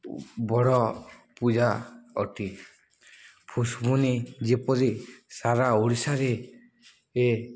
ବଡ଼ ପୂଜା ଅଟେ ଫୁସ୍ପୁନି ଯେପରି ସାରା ଓଡ଼ିଶାରେ ଏ